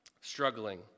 struggling